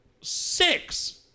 six